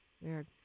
Weird